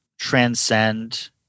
transcend